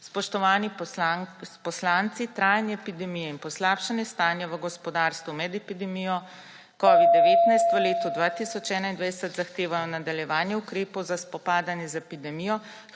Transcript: Spoštovani poslanci! Trajanje epidemije in poslabšanje stanja v gospodarstvu med epidemijo covida-19 v letu 2021 zahtevajo nadaljevanje ukrepov za spopadanje z epidemijo, hkrati